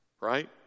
Right